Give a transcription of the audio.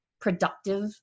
productive